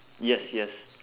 yes yes